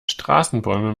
straßenbäume